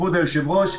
כבוד היושב-ראש,